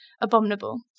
abominable